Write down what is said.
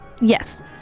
Yes